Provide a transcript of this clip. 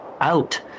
out